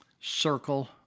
circle